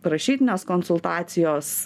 rašytinės konsultacijos